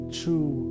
true